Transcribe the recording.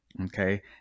okay